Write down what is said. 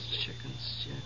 Chickens